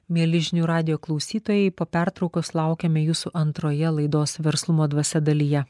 mieli žinių radijo klausytojai po pertraukos laukiame jūsų antroje laidos verslumo dvasia dalyje